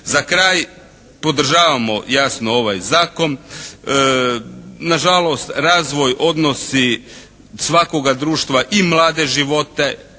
Za kraj, podržavamo jasno ovaj zakon. Nažalost razvoj odnosi svakoga društva i mlade živote,